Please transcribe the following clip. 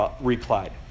replied